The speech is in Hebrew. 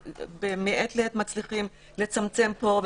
מעת לעת אנחנו מצליחים לצמצם פה,